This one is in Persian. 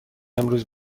امروز